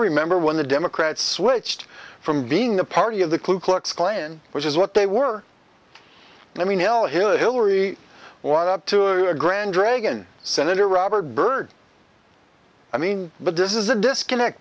remember when the democrats switched from being the party of the klu klux klan which is what they were and i mean hell hillary what up to a grand dragon senator robert byrd i mean but this is a disconnect